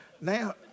Now